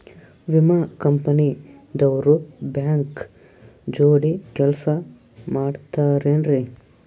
ವಿಮಾ ಕಂಪನಿ ದವ್ರು ಬ್ಯಾಂಕ ಜೋಡಿ ಕೆಲ್ಸ ಮಾಡತಾರೆನ್ರಿ?